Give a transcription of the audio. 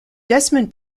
desmond